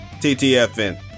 ttfn